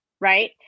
right